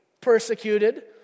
persecuted